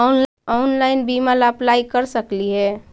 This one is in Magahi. ऑनलाइन बीमा ला अप्लाई कर सकली हे?